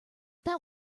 that